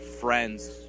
friends